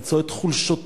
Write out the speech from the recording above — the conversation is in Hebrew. למצוא את חולשותיו,